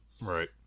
Right